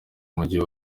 mujyi